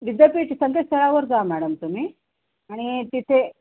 विद्यापीठ संकेतस्थाळावर जा मॅडम तुम्ही आणि तिथे